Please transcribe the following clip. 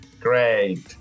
Great